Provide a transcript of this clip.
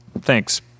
thanks